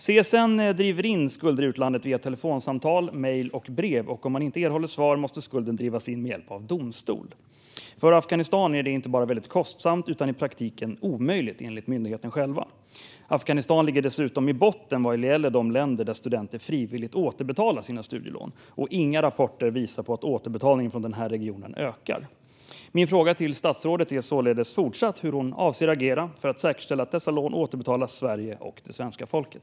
CSN driver in skulder i utlandet via telefonsamtal, mejl och brev. Om man inte erhåller svar måste skulden drivas in med hjälp av domstol. När det gäller Afghanistan är det inte bara väldigt kostsamt utan i praktiken omöjligt, enligt myndigheten själv. Afghanistan ligger dessutom i botten vad gäller länder där studenter frivilligt återbetalar sina studielån. Inga rapporter visar på att återbetalningen från den här regionen ökar. Min fråga till statsrådet är således fortfarande hur hon avser att agera för att säkerställa att dessa lån återbetalas Sverige och det svenska folket.